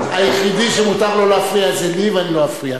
היחידי שמותר לו להפריע זה לי, ואני לא אפריע.